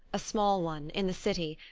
a small one, in the city,